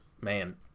man